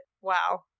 wow